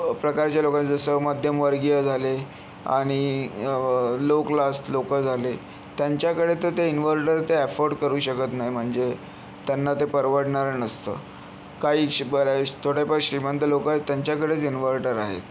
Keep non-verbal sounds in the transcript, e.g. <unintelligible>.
प्रकारच्या लोकांचं जसं मध्यमवर्गीय झाले आणि लो क्लास लोकं झाले त्यांच्याकडे तर ते इन्व्हर्टर ते ॲफोर्ड करू शकत नाही म्हणजे त्यांना ते परवडणारं नसतं काही <unintelligible> थोडेफार श्रीमंत लोक आहेत त्यांच्याकडेच इन्व्हर्टर आहेत